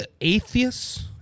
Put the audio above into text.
atheists